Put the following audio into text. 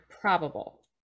probable